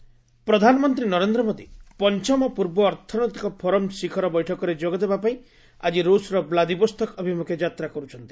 PM Russia visit ପ୍ରଧାନମନ୍ତ୍ରୀ ନରେନ୍ଦ୍ର ମୋଦି ପଞ୍ଚମ ପୂର୍ବ ଅର୍ଥନୈତିକ ଫୋରମ୍ ଶିଖର ବୈଠକରେ ଯୋଗଦେବା ପାଇଁ ଆଜି ରୁଷ୍ର କ୍ଲାଦିବୋସ୍ତକ ଅଭିମୁଖେ ଯାତ୍ରା କରୁଛନ୍ତି